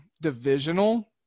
divisional